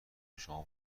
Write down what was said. چشامو